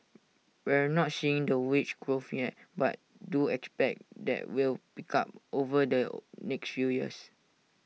we're not seeing the wage growth yet but do expect that will pick up over the next few years